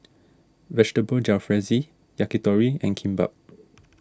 Vegetable Jalfrezi Yakitori and Kimbap